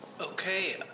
Okay